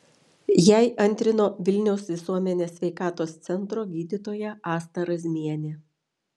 jai antrino vilniaus visuomenės sveikatos centro gydytoja asta razmienė